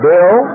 Bill